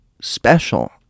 special